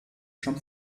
schon